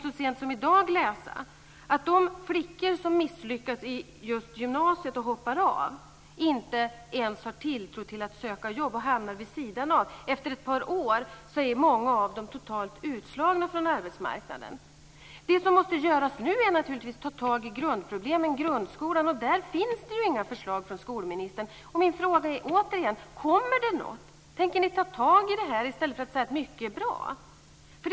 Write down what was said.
Så sent som i dag kunde vi läsa att de flickor som misslyckas i gymnasiet och hoppar av inte ens har tilltro till att söka jobb och hamnar vid sidan av. Efter ett par år är många av dem totalt utslagna från arbetsmarknaden. Nu måste vi naturligtvis ta tag i grundproblemen i grundskolan, och där finns det inga förslag från skolministern. Min fråga är återigen: Kommer det något? Tänker ni ta tag i det här i stället för att säga att mycket är bra?